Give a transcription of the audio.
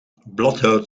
bladgoud